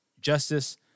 justice